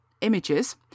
images